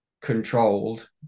controlled